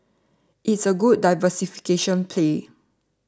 it's a good diversification play